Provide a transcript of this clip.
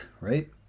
right